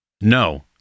No